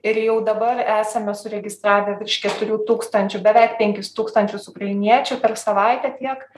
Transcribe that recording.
ir jau dabar esame suregistravę virš keturių tūkstančių beveik penkis tūkstančius ukrainiečių per savaitę tiek